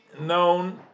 known